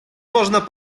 można